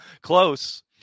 Close